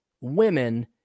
women